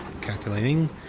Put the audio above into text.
calculating